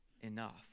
enough